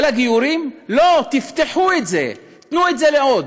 של הגיורים, לא, תפתחו את זה, תנו את זה לעוד.